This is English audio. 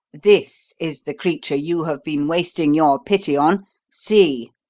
this is the creature you have been wasting your pity on see!